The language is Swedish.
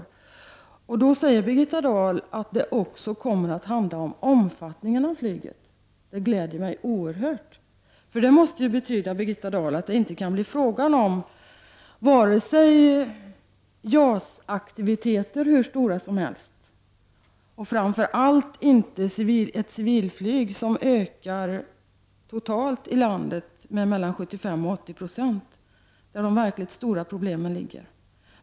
Birgitta Dahl säger att dessa förslag även kommer att handla om omfattningen av flyget. Det gläder mig oerhört mycket. Det måste ju betyda, Birgitta Dahl, att det inte kan bli fråga om hur stora JAS-aktiviteter som helst och framför allt inte om ett civilflyg som ökar totalt i landet med 75—80 96. Det är ju i detta sammanhang som de verkligt stora problemen finns.